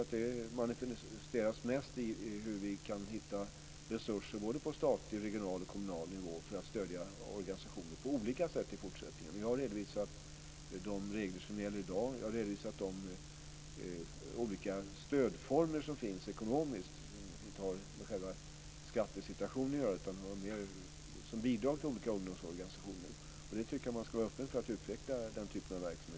Det manifesteras mest i hur vi kan hitta resurser på statlig, regional och kommunal nivå för att stödja organisationer på olika sätt i fortsättningen. Jag har redovisat de regler som gäller i dag, och jag har redovisat de olika ekonomiska stödformer som finns och som inte har med skattesituationen att göra utan det är stöd som betalas ut som bidrag till olika ungdomsorganisationer. Jag tycker att man ska vara öppen för att utveckla den typen av verksamhet.